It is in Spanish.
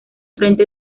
frente